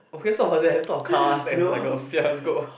okay let's talk about that let's talk about cars and like a C_S go